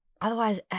otherwise